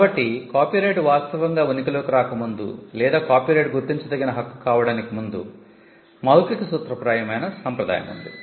కాబట్టి కాపీరైట్ వాస్తవంగా ఉనికిలోకి రాకముందు లేదా కాపీరైట్ గుర్తించదగిన హక్కు కావడానికి ముందు మౌఖిక సూత్రప్రాయమైన సంప్రదాయం ఉంది